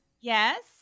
Yes